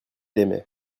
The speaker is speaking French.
aimait